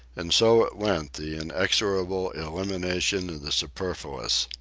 and so it went, the inexorable elimination of the superfluous.